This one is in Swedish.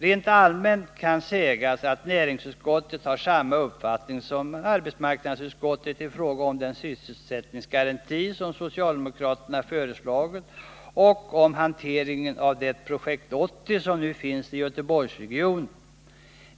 Rent allmänt kan sägas att näringsutskottet har samma uppfattning som arbetsmarknadsutskottet i fråga om den sysselsättningsgaranti som socialdemokraterna föreslagit och om hanteringen av det Projekt 80 som nu finns i Göteborgsregionen.